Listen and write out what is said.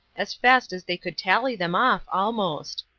as fast as they could tally them off, almost.